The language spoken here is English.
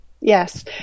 yes